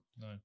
No